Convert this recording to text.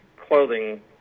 clothing